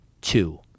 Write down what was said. two